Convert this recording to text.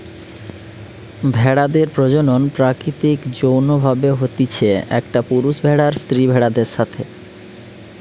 ভেড়াদের প্রজনন প্রাকৃতিক যৌন্য ভাবে হতিছে, একটা পুরুষ ভেড়ার স্ত্রী ভেড়াদের সাথে